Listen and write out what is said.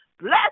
bless